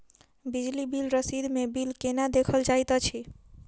बिजली बिल रसीद मे बिल केना देखल जाइत अछि?